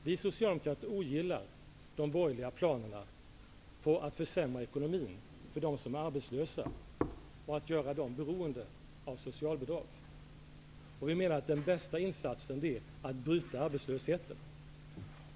Vi socialdemokrater ogillar de borgerliga planerna på att försämra ekonomin för dem som är arbetslösa och att göra dem beroende av socialbidrag. Vi menar att den bästa insatsen är att minska arbetslösheten.